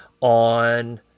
on